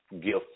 gift